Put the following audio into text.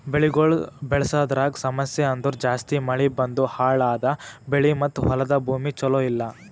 ಬೆಳಿಗೊಳ್ ಬೆಳಸದ್ರಾಗ್ ಸಮಸ್ಯ ಅಂದುರ್ ಜಾಸ್ತಿ ಮಳಿ ಬಂದು ಹಾಳ್ ಆದ ಬೆಳಿ ಮತ್ತ ಹೊಲದ ಭೂಮಿ ಚಲೋ ಇಲ್ಲಾ